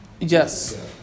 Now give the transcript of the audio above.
Yes